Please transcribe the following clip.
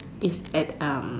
is at um